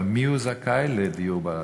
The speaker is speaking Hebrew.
אבל, מי זכאי לדיור בר-השגה?